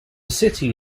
city